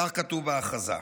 כך כתוב בהכרזה.